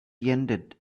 ended